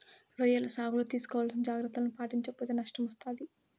రొయ్యల సాగులో తీసుకోవాల్సిన జాగ్రత్తలను పాటించక పోతే నష్టం వస్తాది